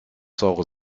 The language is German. saure